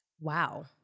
wow